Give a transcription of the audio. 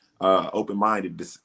open-minded